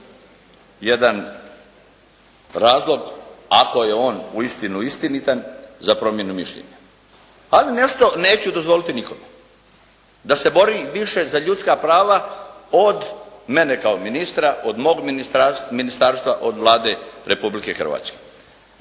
jedan razlog ako je on uistinu istinitan, za promjenu mišljenja. Ali nešto neću dozvoliti nikome, da se bori više za ljudska prava od mene kao ministra, od mog ministarstva, od Vlade Republike Hrvatske.